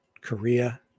Korea